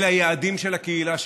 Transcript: אלה היעדים של הקהילה שלהם.